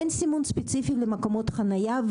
אין סימון ספציפי למקומות חניה,